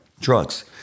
drugs